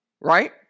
right